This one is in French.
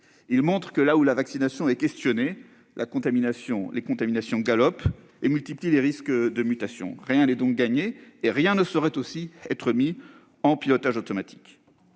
Ils montrent aussi que, là où la vaccination est questionnée, les contaminations galopent et multiplient les risques de mutation. Rien n'est donc gagné et rien ne saurait être mis en pilotage automatique.